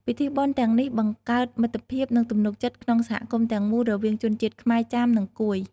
ពិធីបុណ្យទាំងនេះបង្កើតមិត្តភាព និងទំនុកចិត្តក្នុងសហគមន៍ទាំងមូលរវាងជនជាតិខ្មែរ ចាម និងកួយ។